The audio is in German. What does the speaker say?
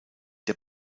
der